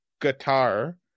guitar